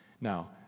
Now